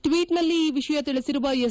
ಟೀಟ್ನಲ್ಲಿ ಈ ವಿಷಯ ತಿಳಿಸಿರುವ ಎಸ್